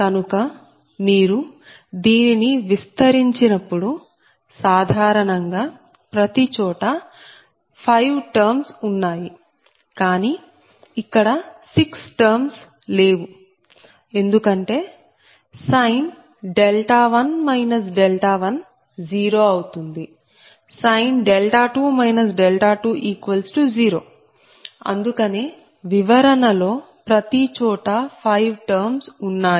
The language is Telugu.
కనుక మీరు దీనిని విస్తరించినప్పుడు సాధారణంగా ప్రతి చోటా 5 టర్మ్స్ ఉన్నాయి కానీ ఇక్కడ 6 టర్మ్స్ లేవు ఎందుకంటే 1 1 0 అవుతుంది 2 2 0 అందుకనే వివరణలో ప్రతి చోటా 5 టర్మ్స్ ఉన్నాయి